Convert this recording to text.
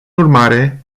urmare